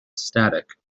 static